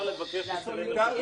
הסוף.